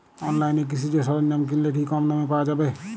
অনলাইনে কৃষিজ সরজ্ঞাম কিনলে কি কমদামে পাওয়া যাবে?